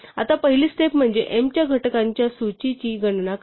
आता पहिली स्टेप म्हणजे m च्या घटकांच्या सूचीची गणना करणे